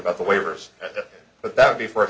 about the waivers but that would be for a